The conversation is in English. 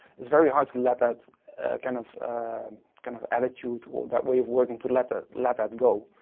it's very hard to let that kind of kind of attitude, or that way of working, to let that let that go.